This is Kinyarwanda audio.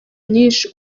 nyinshi